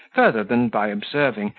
further than by observing,